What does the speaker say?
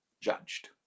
judged